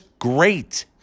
great